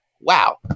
wow